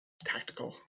Tactical